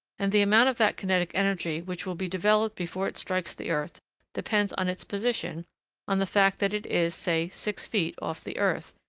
and the amount of that kinetic energy which will be developed before it strikes the earth depends on its position on the fact that it is, say, six feet off the earth,